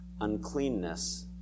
uncleanness